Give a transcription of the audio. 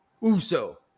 Uso